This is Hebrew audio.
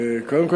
קודם כול,